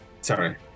Sorry